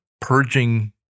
Purging